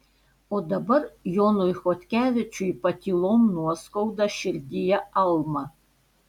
o dabar jonui chodkevičiui patylom nuoskauda širdyje alma